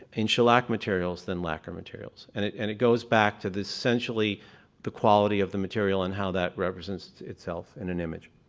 in shellac materials than lacquer materials. and it and it goes back to essentially the quality of the material and how that represents itself in an image.